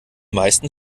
meisten